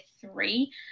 three